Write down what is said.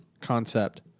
concept